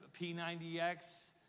P90X